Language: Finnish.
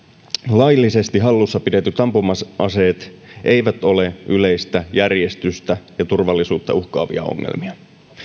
laillisesti hallussa pidetyt ampuma aseet aseet eivät ole perussuomalaisten mielestä yleistä järjestystä ja turvallisuutta uhkaavia ongelmia